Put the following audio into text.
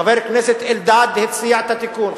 חבר הכנסת אלדד הציע את התיקון,